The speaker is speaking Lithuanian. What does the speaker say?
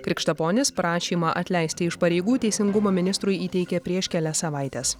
krikštaponis prašymą atleisti iš pareigų teisingumo ministrui įteikė prieš kelias savaites